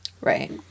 Right